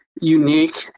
unique